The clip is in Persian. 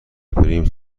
بریم